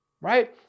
right